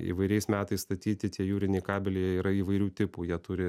įvairiais metais statyti tie jūriniai kabeliai yra įvairių tipų jie turi